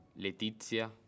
Letizia